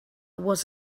was